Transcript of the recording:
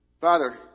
Father